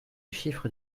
chiffre